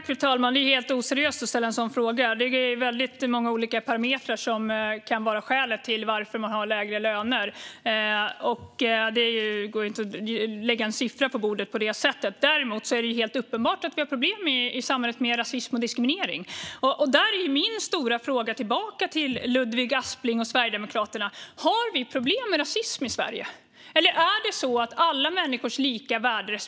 Fru talman! Det är helt oseriöst att ställa en sådan fråga. Det är många olika parametrar som kan vara skälet till att någon har lägre lön. Det går inte att lägga en siffra på bordet på det sättet. För mig är det uppenbart att vårt samhälle har problem med rasism och diskriminering. Min stora fråga tillbaka till Ludvig Aspling och Sverigedemokraterna är därför: Har vi problem med rasism i Sverige, eller respekteras alla människors lika värde?